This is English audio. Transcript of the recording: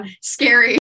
Scary